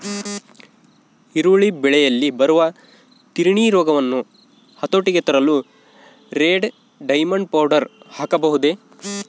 ಈರುಳ್ಳಿ ಬೆಳೆಯಲ್ಲಿ ಬರುವ ತಿರಣಿ ರೋಗವನ್ನು ಹತೋಟಿಗೆ ತರಲು ರೆಡ್ ಡೈಮಂಡ್ ಪೌಡರ್ ಹಾಕಬಹುದೇ?